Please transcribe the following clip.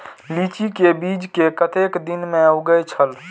लीची के बीज कै कतेक दिन में उगे छल?